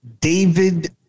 David